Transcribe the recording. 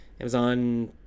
Amazon